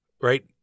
right